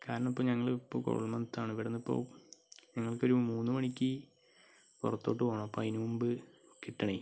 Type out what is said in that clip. കാരണം ഇപ്പം ഞങ്ങൾ ഇപ്പം കുഴമന്നത്താണ് ഇവിടുന്നിപ്പോൾ ഞങ്ങള്ക്ക് ഒരു മൂന്ന് മണിയ്ക്ക് പുറത്തോട്ട് പോകണം അപ്പം അതിനു മുമ്പ് കിട്ടണേ